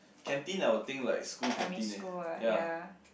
canteen I will think like school canteen leh ya